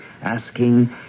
Asking